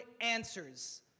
answers